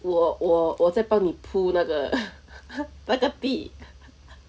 我我我在帮你铺那个 那个 bi~